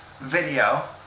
video